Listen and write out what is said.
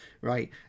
right